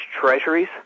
treasuries